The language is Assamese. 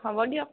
হ'ব দিয়ক